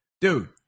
Dude